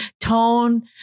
tone